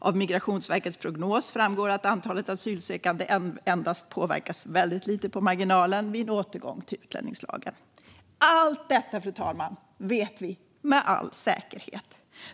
Av Migrationsverkets prognos framgår att antalet asylsökande endast påverkas väldigt lite, på marginalen, vid en återgång till utlänningslagen. Allt detta vet vi med all säkerhet, fru talman.